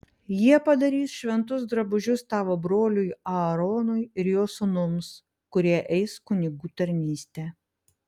jie padarys šventus drabužius tavo broliui aaronui ir jo sūnums kurie eis kunigų tarnystę